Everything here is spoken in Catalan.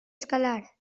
escalar